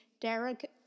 Derek